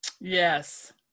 Yes